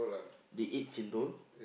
they ate chendol